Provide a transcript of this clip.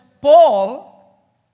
Paul